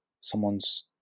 someone's